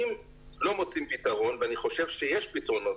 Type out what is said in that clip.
אם לא מוצאים פתרון, ואני חושב שיש פתרונות.